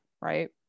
right